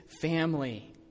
family